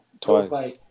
twice